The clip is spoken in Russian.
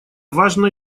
важная